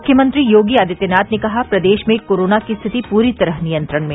मुख्यमंत्री योगी आदित्यनाथ ने कहा प्रदेश में कोरोना की स्थिति पूरी तरह नियंत्रण में